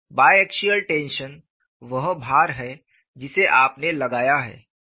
bye axial tension वह भार है जिसे आपने लगाया है